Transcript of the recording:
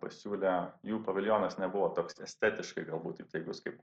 pasiūlė jų paviljonas nebuvo toks estetiškai galbūt įtaigus kaip